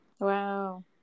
Wow